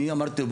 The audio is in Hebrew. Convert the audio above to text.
אני אמרתי לו,